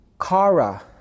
kara